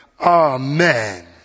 Amen